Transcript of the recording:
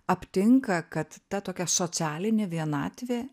aptinka kad ta tokia socialinė vienatvė